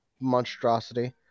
monstrosity